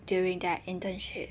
during that internship